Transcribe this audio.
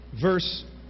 verse